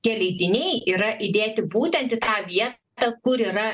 tie leidiniai yra įdėti būtent į tą vietą kur yra